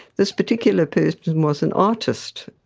this particular person was an artist,